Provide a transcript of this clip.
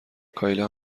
کایلا